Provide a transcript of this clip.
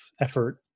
effort